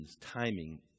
timing